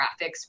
graphics